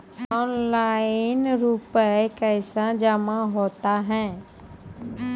Online रुपये कैसे जमा होता हैं?